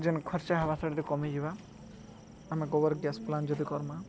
ଯେଉଁ ଖର୍ଚ୍ଚ ହେବ ସେଟା କମିଯିବ ଆମେ ଗୋବର ଗ୍ୟାସ ପ୍ଲାଣ୍ଟ ଯଦି କରିବା